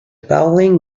bowling